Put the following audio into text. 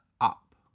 up